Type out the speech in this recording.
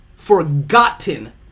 forgotten